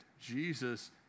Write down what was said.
Jesus